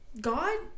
God